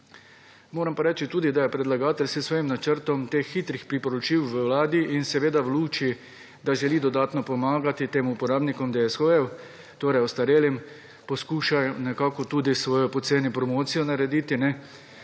Moram pa reči tudi da je predlagatelj s svojim načrtom teh hitrih priporočil v Vladi in seveda v luči da želi dodatno pomagati tem uporabnikom DSO, torej ostarelim poskušajo nekako tudi svojo poceni promocijo narediti